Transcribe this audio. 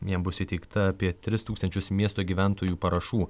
jam bus įteikta apie tris tūkstančius miesto gyventojų parašų